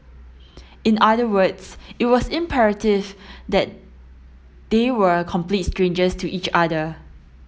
in other words it was imperative that they were complete strangers to each other